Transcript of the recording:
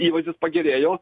įvaizdis pagerėjo